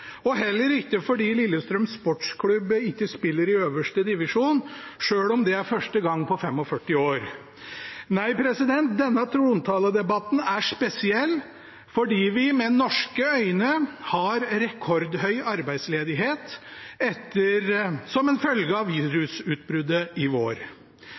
og heller ikke fordi Lillestrøm Sportsklubb ikke spiller i øverste divisjon, selv om det er første gang på 45 år. Nei, denne trontaledebatten er spesiell fordi vi med norske øyne har rekordhøy arbeidsledighet som en følge av virusutbruddet i vår.